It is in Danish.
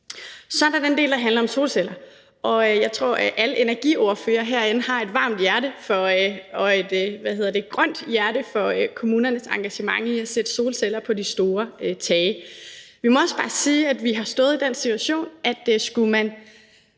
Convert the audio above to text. Så er der den del, der handler om solceller. Jeg tror, at alle energiordførere herinde har et varmt hjerte for og et grønt hjerte for kommunernes engagement i at sætte solceller på de store tage. Vi må også bare sige, at vi har stået i den situation, at skulle man